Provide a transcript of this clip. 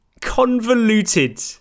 convoluted